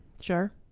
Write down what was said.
sure